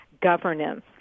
governance